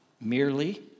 merely